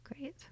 Great